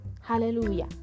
hallelujah